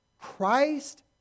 Christ